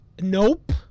Nope